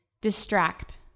distract